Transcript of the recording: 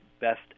best